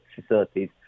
facilities